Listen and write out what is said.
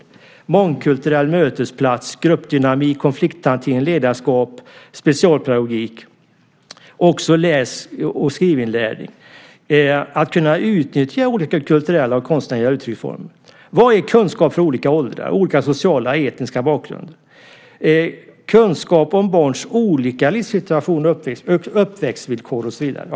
Det ska vara en mångkulturell mötesplats, gruppdynamik, konflikthantering, ledarskap, specialpedagogik och även läs och skrivinlärning. Man ska kunna utnyttja olika kulturella och konstnärliga uttrycksformer. Vad är kunskap för olika åldrar, för människor med olika sociala och etniska bakgrunder? Det handlar om kunskap om barns olika livssituationer och uppväxtvillkor och så vidare.